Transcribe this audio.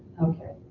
okay.